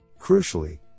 Crucially